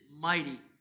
mighty